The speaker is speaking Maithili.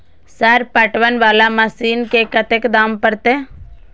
सर पटवन वाला मशीन के कतेक दाम परतें?